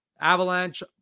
avalanche